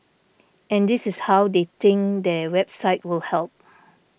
and this is how they think their website will help